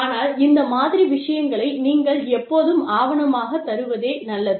ஆனால் இந்த மாதிரி விஷயங்களை நீங்கள் எப்போதும் ஆவணமாகத் தருவதே நல்லது